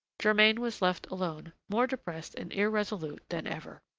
germain was left alone, more depressed and irresolute than ever.